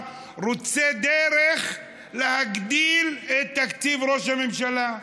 רוצה דרך להגדיל את תקציב ראש הממשלה,